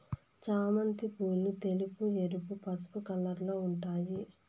చామంతి పూలు తెలుపు, ఎరుపు, పసుపు కలర్లలో ఉంటాయి